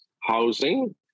housing